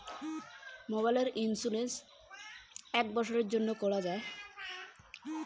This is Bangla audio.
মোবাইলের ইন্সুরেন্স কতো দিনের জন্যে করা য়ায়?